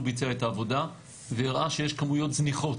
הוא ביצע את העבודה והראה שיש כמויות זניחות